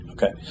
Okay